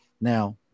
Now